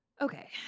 Okay